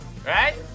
Right